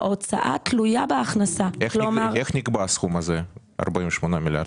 ההיטל תואם להשבחה שאני עושה מבחינת